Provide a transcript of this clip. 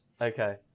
Okay